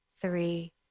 three